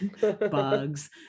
bugs